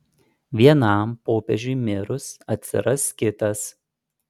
vienam popiežiui mirus atsiras kitas